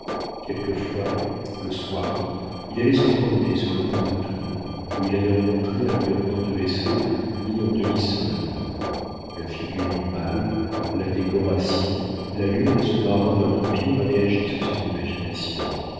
quelquefois le soir il allait se promener sur le pont de tours où il avait rencontré un lieutenant de vaisseau mis en demi-solde la figure mâle la décoration l'allure de ce marin de l'empire avaient agi sur son imagination